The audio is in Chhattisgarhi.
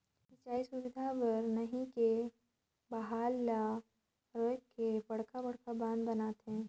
सिंचई सुबिधा बर नही के बहाल ल रोयक के बड़खा बड़खा बांध बनाथे